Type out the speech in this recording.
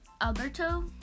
Alberto